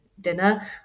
dinner